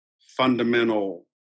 fundamental